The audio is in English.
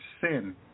sin